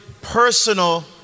personal